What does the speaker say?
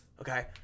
Okay